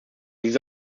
diese